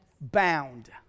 Bound